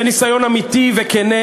זה ניסיון אמיתי וכן,